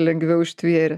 lengviau ištvėrė